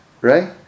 right